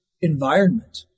environment